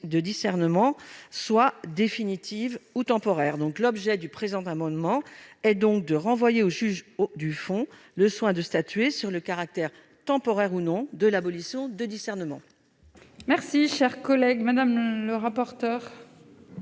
de discernement soit définitive ou temporaire. L'objet du présent amendement est donc de renvoyer au juge du fond le soin de statuer sur le caractère temporaire ou non de l'abolition de discernement. Quel est l'avis de la